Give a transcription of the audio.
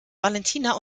valentina